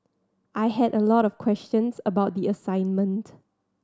I had a lot of questions about the assignment